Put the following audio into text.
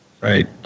Right